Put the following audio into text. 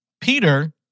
Peter